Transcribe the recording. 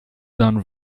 done